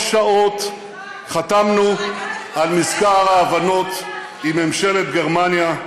לפני שלוש שעות חתמנו על מזכר ההבנות עם ממשלת גרמניה.